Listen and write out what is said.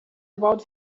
about